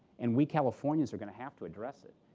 and we californians are going to have to address it.